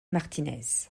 martínez